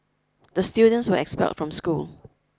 the students were expelled from school